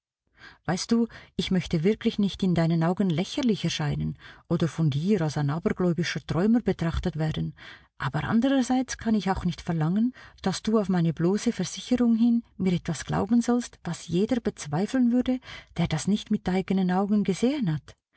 weißt du ich möchte wirklich nicht in deinen augen lächerlich erscheinen oder von dir als ein abergläubischer träumer betrachtet werden aber andererseits kann ich auch nicht verlangen daß du auf meine bloße versicherung hin mir etwas glauben sollst was jeder bezweifeln würde der das nicht mit eigenen augen gesehen hat